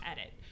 edit